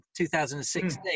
2016